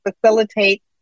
facilitate